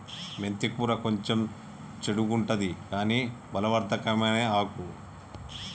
మెంతి కూర కొంచెం చెడుగుంటది కని బలవర్ధకమైన ఆకు